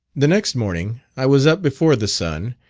the next morning i was up before the sun,